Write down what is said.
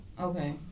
okay